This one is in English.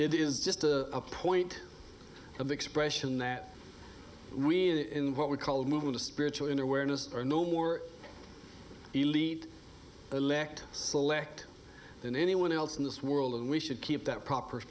it is just a point of expression that we in what we call movement of spiritual in awareness are no more elite elect select than anyone else in this world and we should keep that proper